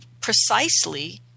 precisely